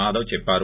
మాధవ్ చెప్పారు